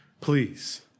please